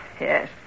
Yes